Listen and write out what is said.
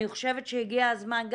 אני חושבת שהגיע הזמן.